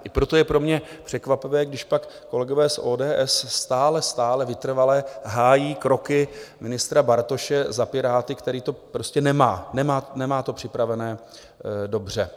I proto je pro mě překvapivé, když pak kolegové z ODS stále, stále, vytrvale hájí kroky ministra Bartoše za Piráty, který to prostě nemá připravené dobře.